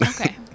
Okay